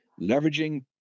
leveraging